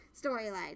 storyline